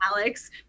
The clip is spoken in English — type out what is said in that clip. Alex